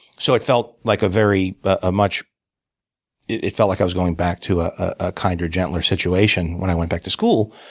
so it felt like a very a much it felt like i was going back to a kinder, gentler situation when i went back to school,